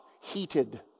heated